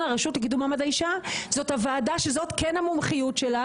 הרשות לקידום מעמד האישה זאת הוועדה שזאת כן המומחיות שלה